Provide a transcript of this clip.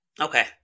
Okay